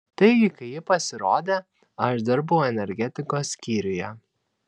taigi kai ji pasirodė aš dirbau energetikos skyriuje